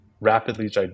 rapidly